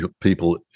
people